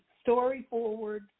story-forward